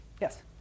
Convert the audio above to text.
Yes